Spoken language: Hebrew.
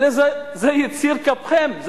הרי זה יציר כפיכם,